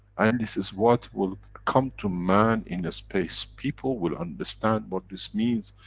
and this is what will come to man in space. people will understand what this means,